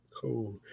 Cool